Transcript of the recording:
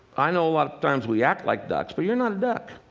i know a lot of times we act like ducks, but you're not a duck.